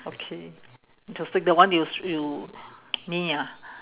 okay interesting the one you you me ah